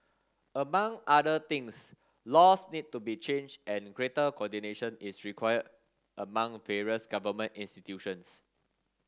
among other things laws need to be changed and greater coordination is required among various government institutions